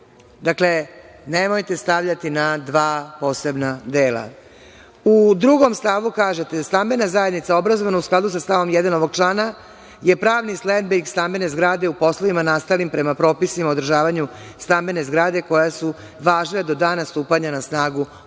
Dakle, nemojte stavljati na dva posebna dela.U drugom stavu kažete – stambena zajednica obrazovana u skladu sa stavom 1. ovog člana je pravnim sledbenik stambene zgrade u poslovima nastalim prema propisima o održavanju stambene zgrade koji su važili do dana stupanja na snagu ovog zakona.